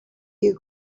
you